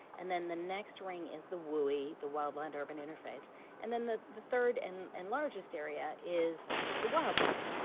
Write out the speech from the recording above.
and then the next ring is the wui the wildland urban interface and then the the third and and largest area is the wildland.